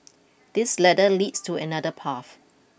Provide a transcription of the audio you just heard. this ladder leads to another path